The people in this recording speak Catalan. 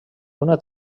una